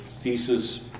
thesis